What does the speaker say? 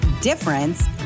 difference